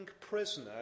prisoner